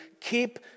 keep